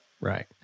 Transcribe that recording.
Right